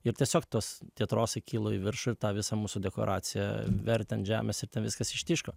ir tiesiog tos tie trosai kilo į viršų tą visą mūsų dekoraciją vertė ant žemės ir viskas ištiško